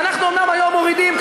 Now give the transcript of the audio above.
אנחנו אומנם היום מורידים,